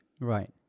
Right